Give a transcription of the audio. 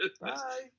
Bye